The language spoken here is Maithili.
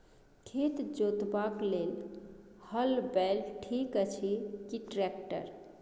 खेत जोतबाक लेल हल बैल ठीक अछि की ट्रैक्टर?